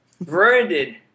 Brandon